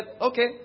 Okay